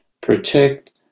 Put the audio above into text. protect